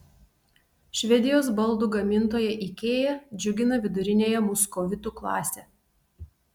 švedijos baldų gamintoja ikea džiugina viduriniąją muskovitų klasę